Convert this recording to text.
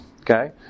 Okay